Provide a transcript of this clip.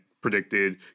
predicted